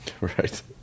right